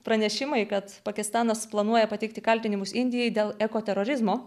pranešimai kad pakistanas planuoja pateikti kaltinimus indijai dėl eko terorizmo